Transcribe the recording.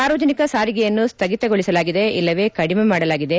ಸಾರ್ವಜನಿಕ ಸಾರಿಗೆಯನ್ನು ಸ್ಥಗಿತಗೊಳಿಸಲಾಗಿದೆ ಇಲ್ಲವೇ ಕಡಿಮೆ ಮಾಡಲಾಗಿದೆ